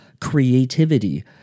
creativity